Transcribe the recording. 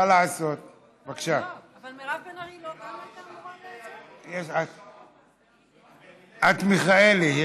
אבל מירב בן ארי, את מיכאלי.